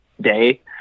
day